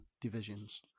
divisions